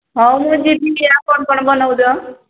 ହଉ ମୁଁ ଯିବି ହେଲା କ'ଣ କ'ଣ ବନଉଛ